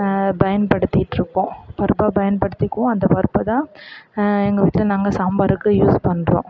பயன்படுத்திட்டிருக்கோம் பருப்பாக பயன்படுத்திக்குவோம் அந்தப் பருப்பை தான் எங்கள் வீட்டில் நாங்கள் சாம்பாருக்கு யூஸ் பண்ணுறோம்